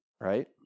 right